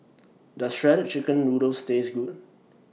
Does Shredded Chicken Noodles Taste Good